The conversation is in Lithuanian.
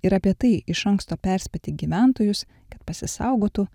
ir apie tai iš anksto perspėti gyventojus kad pasisaugotų